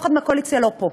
אף אחד מהקואליציה לא פה,